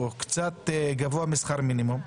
שמשתכרות קצת מעל לשכר מינימום,